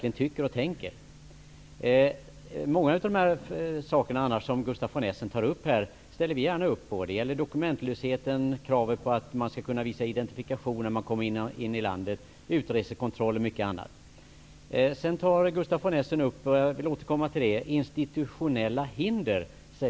Annars ställer vi gärna upp på många saker som Gustaf von Essen tog upp. Det gäller dokumentlösheten, kravet på att man skall kunna identifiera sig när man kommer in i landet, utresekontroll och mycket annat. Gustaf von Essen tog sedan upp institutionella hinder.